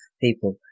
people